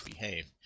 behave